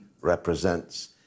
represents